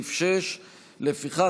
לסעיף 6. לפיכך,